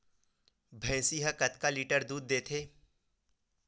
भंइसी हा कतका लीटर दूध देथे?